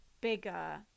bigger